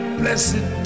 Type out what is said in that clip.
blessed